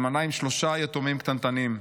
אלמנה עם שלושה יתומים קטנטנים.